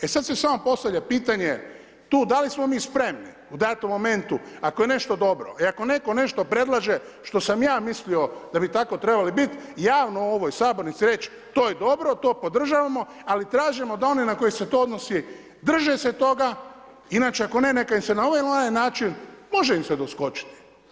E, sad se samo postavlja pitanje tu da li smo mi spremni u datom momentu, ako je nešto dobro i ako netko nešto predlaže što sam ja mislio da bi tako trebalo biti javno u ovoj sabornici reći, to je dobro, to podržavamo, ali tražimo da oni na koje se to odnosi drže se toga, inače ako ne, neka im se na ovaj način, može im se doskočiti.